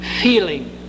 feeling